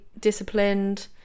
disciplined